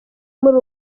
muri